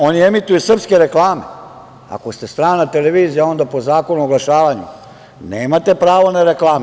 Oni emituju srpske reklame, ako ste strana televizija, onda po Zakonu o oglašavanju nemate pravo na reklame.